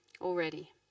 already